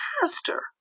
pastor